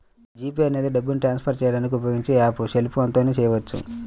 G Pay అనేది డబ్బుని transfer చేయడానికి ఉపయోగించే యాప్పు సెల్ ఫోన్ తో చేయవచ్చు